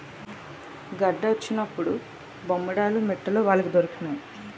గెడ్డ వచ్చినప్పుడు బొమ్మేడాలు మిట్టలు వలకి దొరికినాయి